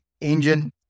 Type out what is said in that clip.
Engine